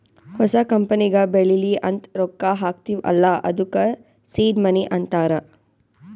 ಹೊಸ ಕಂಪನಿಗ ಬೆಳಿಲಿ ಅಂತ್ ರೊಕ್ಕಾ ಹಾಕ್ತೀವ್ ಅಲ್ಲಾ ಅದ್ದುಕ ಸೀಡ್ ಮನಿ ಅಂತಾರ